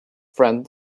friend